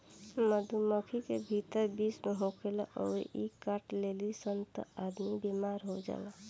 मधुमक्खी के भीतर विष होखेला अउरी इ काट देली सन त आदमी बेमार हो जाला